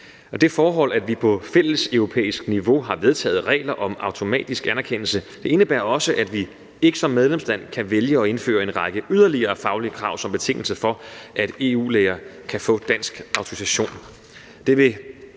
Det forhold, at vi på fælleseuropæisk niveau har vedtaget regler om automatisk anerkendelse, indebærer også, at vi ikke som medlemsland kan vælge at indføre en række yderligere faglige krav som betingelse for, at EU-læger kan få dansk autorisation.